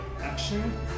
action